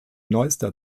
neuester